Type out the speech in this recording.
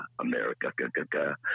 America